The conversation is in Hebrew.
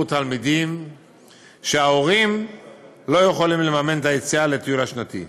תלמידים כשההורים לא יכולים לממן את היציאה לטיול השנתי.